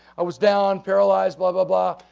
i was down paralyzed blah blah blah.